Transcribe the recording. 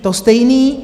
To stejné.